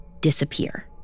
disappear